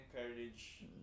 encourage